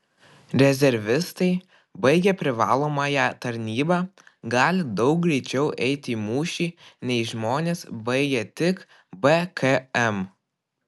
rezervistai baigę privalomąją tarnybą gali daug greičiau eiti į mūšį nei žmonės baigę tik bkm